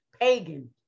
pagan